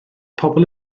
pobl